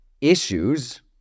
issues